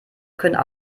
können